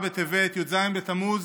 י' בטבת, י"ז בתמוז,